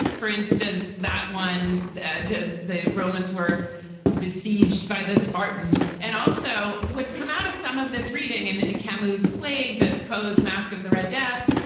for instance, that one that the the romans were besieged by the spartans. and also what's come out of some of this reading and ah camila's plague that poe's mask of the red death,